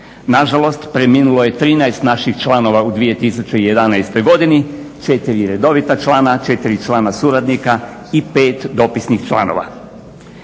Na žalost preminulo je 13 naših članova u 2011. godini, 4 redovita člana, 4 člana suradnika i 5 dopisnih članova.